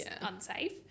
unsafe